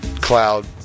cloud